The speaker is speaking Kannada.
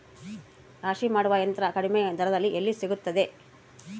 ರಾಶಿ ಮಾಡುವ ಯಂತ್ರ ಕಡಿಮೆ ದರದಲ್ಲಿ ಎಲ್ಲಿ ಸಿಗುತ್ತದೆ?